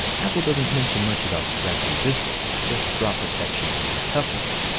apple doesn't mention much about scratch resistance, just drop protection and toughness.